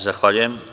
Zahvaljujem.